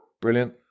Brilliant